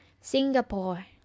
Singapore